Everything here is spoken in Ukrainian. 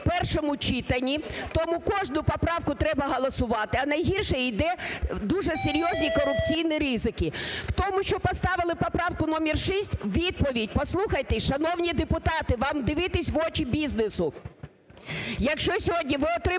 в першому читанні, тому кожну поправку треба голосувати, а найгірше, дуже серйозні корупційні ризики. В тому, що поставили поправку номер 6 відповідь, послухайте, шановні депутати, вам дивитися в очі бізнесу.